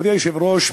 מכובדי היושב-ראש,